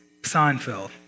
Seinfeld